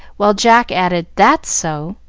while jack added, that's so!